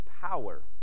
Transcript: power